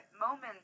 moments